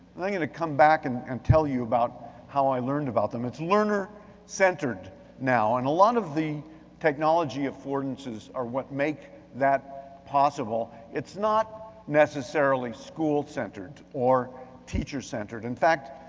then i'm gonna come back and and tell you about how i learned about them. it's learner centered now. and a lot of the technology affordances are what make that possible. it's not necessarily school-centered or teacher-centered, in fact,